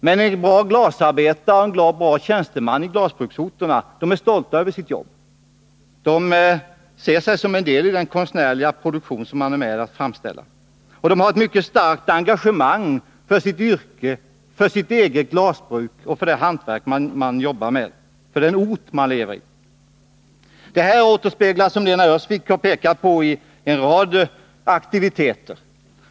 Men glasarbetare och glasbrukstjänstemän i glasbruksorterna är stolta över sitt jobb, de ser sig som en del av den konstnärliga produktion som de framställer. De har ett mycket starkt engagemang för sitt yrke, för sitt eget glasbruk, för sitt hantverk och för den ort de lever i. Det här återspeglas, som Lena Öhrsvik har påpekat, i en rad aktiviteter.